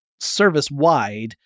service-wide